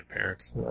Parents